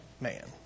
man